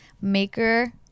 maker